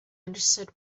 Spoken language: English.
understood